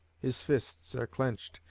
his fists are clenched,